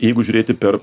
jeigu žiūrėti per